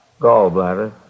Gallbladder